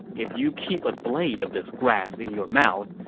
if you keep a blade of this grass in your mouth,